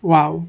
Wow